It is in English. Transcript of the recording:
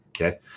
Okay